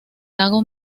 lago